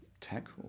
tech